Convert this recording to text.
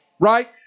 Right